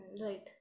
Right